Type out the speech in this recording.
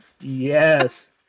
Yes